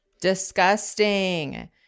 Disgusting